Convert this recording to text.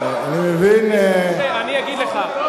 אני אגיד לך,